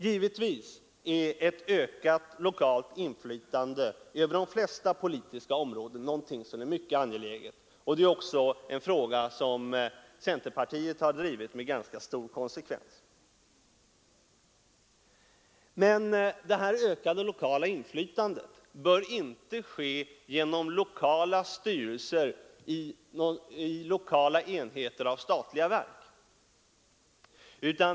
Givetvis är ett ökat lokalt inflytande över de flesta politiska områden något mycket angeläget, och det är också en fråga som centerpartiet har drivit med ganska stor konsekvens. Men det här ökade lokala inflytandet bör inte utövas genom styrelser i lokala enheter av statliga verk.